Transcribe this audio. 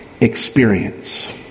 experience